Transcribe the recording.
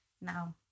now